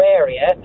area